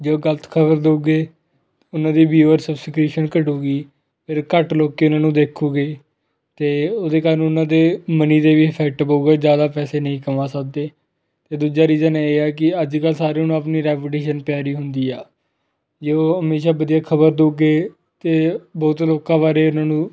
ਜੇ ਉਹ ਗਲਤ ਖਬਰ ਦਊਗੇ ਉਹਨਾਂ ਦੀ ਵਿਊਅਰ ਸਬਸਕ੍ਰਿਪਸ਼ਨ ਘਟੇਗੀ ਫਿਰ ਘੱਟ ਲੋਕ ਉਹਨਾਂ ਨੂੰ ਦੇਖੂਗੇ ਅਤੇ ਉਹਦੇ ਕਾਰਨ ਉਹਨਾਂ ਦੇ ਮਨੀ 'ਤੇ ਵੀ ਇਫੈਕਟ ਪਊਗਾ ਜ਼ਿਆਦਾ ਪੈਸੇ ਨਹੀਂ ਕਮਾ ਸਕਦੇ ਅਤੇ ਦੂਜਾ ਰੀਜਨ ਇਹ ਆ ਕਿ ਅੱਜ ਕੱਲ੍ਹ ਸਾਰਿਆਂ ਨੂੰ ਆਪਣੀ ਰੈਪੋਟੀਸ਼ਨ ਪਿਆਰੀ ਹੁੰਦੀ ਆ ਜੇ ਉਹ ਹਮੇਸ਼ਾ ਵਧੀਆ ਖਬਰ ਦਊਗੇ ਤਾਂ ਬਹੁਤ ਲੋਕਾਂ ਬਾਰੇ ਉਹਨਾਂ ਨੂੰ